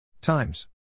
times